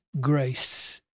grace